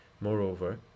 Moreover